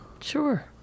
Sure